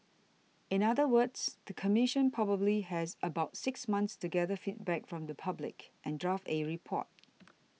in other words the Commission probably has about six months to gather feedback from the public and draft a report